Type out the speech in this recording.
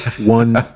one